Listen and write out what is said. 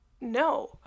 no